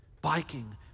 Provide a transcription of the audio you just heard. biking